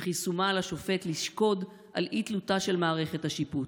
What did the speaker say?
וכי שומה על השופט לשקוד על אי-תלותה של מערכת השיפוט.